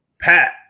Pat